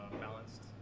balanced